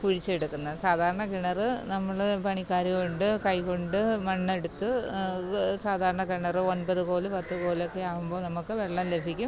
കുഴിച്ചെടുക്കുന്നത് സാധരണ കിണർ നമ്മൾ പണിക്കാർ കൊണ്ട് കൈ കൊണ്ട് മണ്ണെടുത്ത് സാധാരണ കിണർ ഒന്പത് കോല് പത്ത് കോലൊക്കെ ആവുമ്പോൾ നമുക്ക് വെള്ളം ലഭിക്കും